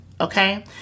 Okay